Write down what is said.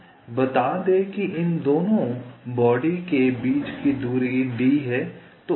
बता दें कि इन दोनों अंगों के बीच की दूरी d है